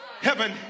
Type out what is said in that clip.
Heaven